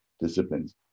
disciplines